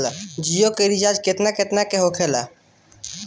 जियो के रिचार्ज केतना केतना के होखे ला?